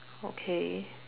okay